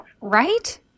Right